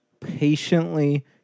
patiently